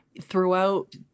throughout